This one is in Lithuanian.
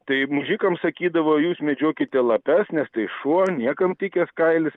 tai mužikams sakydavo jūs medžiokite lapes nes tai šuo niekam tikęs kailis